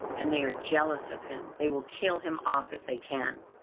and they are jealous of him. they will kill him off if they can.